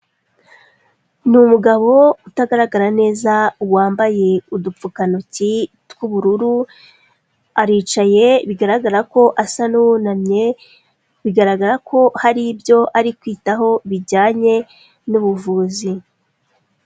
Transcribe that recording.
Ni umugabo utagaragara neza wambaye udupfukantoki tw'ubururu, aricaye bigaragara ko asa n'uwunamye, bigaragara ko hari ibyo ari kwitaho bijyanye n'ubuvuzi.